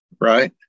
Right